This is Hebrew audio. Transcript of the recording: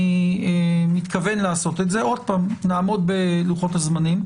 אני מתכוון לעשות את זה נעמוד בלוחות הזמנים,